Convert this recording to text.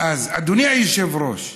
אדוני היושב-ראש,